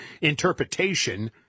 interpretation